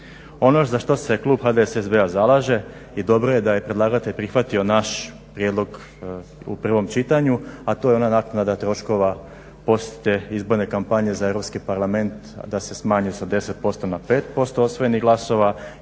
Ono za što se klub HDSSB-a zalaže i dobro je da je predlagatelj prihvatio naš prijedlog u prvom čitanju a to je ona naknada troškova poslije izborne kompanije za Europski parlament da se smanji sa 10% na 5% osvojenih glasova